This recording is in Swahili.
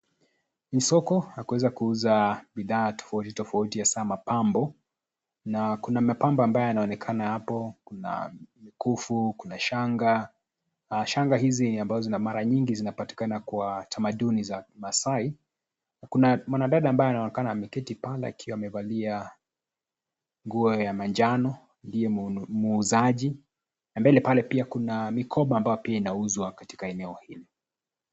Ni soko lakuweza kuuza bidhaa tofauti tofauti hasa mapambo na kuna mapamba ambayo yanaonekana hapo, kuna mkufu, kuna shanga. Shanga hizi ambazo zina mara nyingi zinapatikana kwa tamaduni za maasai. Kuna mwanadada ambaye anaonekana ameketi pale akiwa amevalia nguo ya manjano, ndiye muuzaji ,na mbele pale pia kuna mikoba ambayo pia inauzwa katika eneo hili.